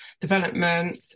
development